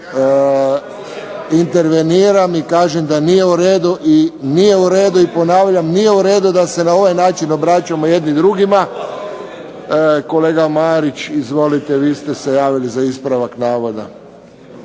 interveniram i kažem da nije u redu i nije u redu. I ponavljam, nije u redu da se na ovaj način obraćamo jedni drugima. Kolega Marić izvolite, vi ste se javili za ispravak navoda.